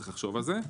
צריך לחשוב על זה.